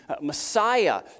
Messiah